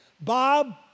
Bob